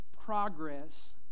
progress